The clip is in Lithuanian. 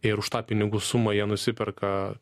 ir už tą pinigų sumą jie nusiperka